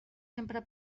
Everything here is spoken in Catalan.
sempre